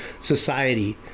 society